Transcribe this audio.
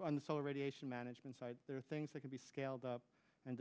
on the solar radiation management side there are things that could be scaled up and